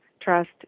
trust